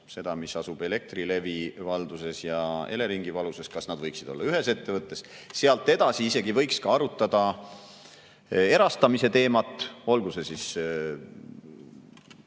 neid, mis asuvad Elektrilevi valduses ja Eleringi valduses – võiksid olla ühes ettevõttes. Sealt edasi võiks arutada erastamise teemat, olgu siis